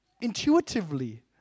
intuitively